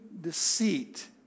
deceit